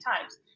times